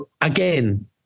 again